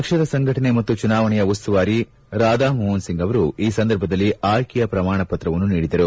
ಪಕ್ಷದ ಸಂಘಟನೆ ಮತ್ತ ಚುನಾವಣೆಯ ಉಸ್ತುವಾರಿ ರಾಧಾ ಮೋಹನ್ ಸಿಂಗ್ ಅವರು ಈ ಸಂದರ್ಭದಲ್ಲಿ ಆಯ್ಲೆಯ ಪ್ರಮಾಣ ಪತ್ರವನ್ನು ನೀಡಿದರು